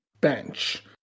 bench